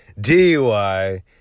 DUI